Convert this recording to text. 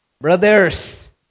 Brothers